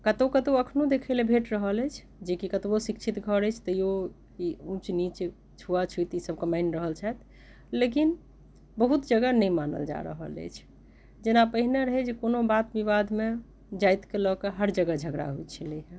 कतौ कतौ अखनो देखै लेल भेट रहल अछि जेकी कतबो शिक्षित घर अछि तैयो ई ऊँच नीच छुआ छूत ईसबके मानि रहल छथि लेकिन बहुत जगह नहि मानल जा रहल अछि जेना पहिने रहै कोनो बात विवाद मे जाइत के लए कऽ हर जगह झगड़ा होइ छलैया